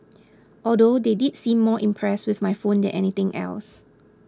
although they did seem more impressed with my phone than anything else